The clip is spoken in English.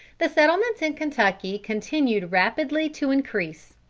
the settlements in kentucky continued rapidly to increase.